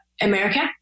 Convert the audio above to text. America